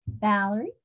Valerie